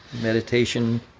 meditation